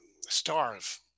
starve